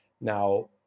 Now